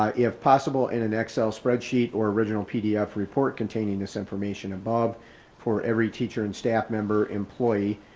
um if possible in an excel spreadsheet or original pdf report containing this information above for every teacher and staff member employee,